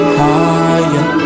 higher